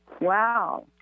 Wow